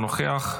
אינו נוכח,